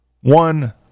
one